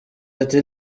ati